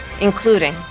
including